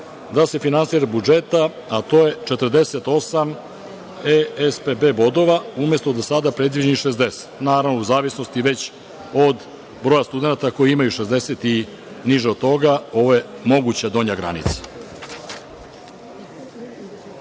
da se finansira iz budžeta, a to je 48 SPB bodova, umesto do sada predviđenih 60, naravno u zavisnosti već od broja studenata koji imaju 60 i niže od toga, ovo je moguća donja granica. Posebno